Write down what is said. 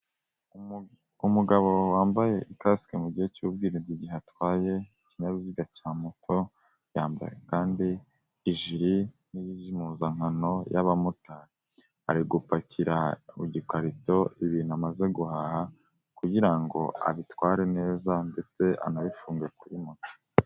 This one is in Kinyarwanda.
Umugabo wambaye kasike mu gihe cy'ubwirinzi igihe atwaye ikinyabiziga cya moto, yambaye kandi ijiri zimwe z'impuzankano y'abamotari, ari gupakira ku gikarito ibintu amaze guhaha kugira ngo abitware neza, ndetse anabifunge kuri moto.